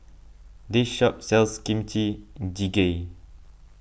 this shop sells Kimchi Jjigae